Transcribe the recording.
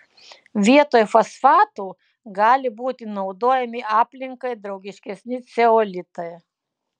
vietoj fosfatų gali būti naudojami aplinkai draugiškesni ceolitai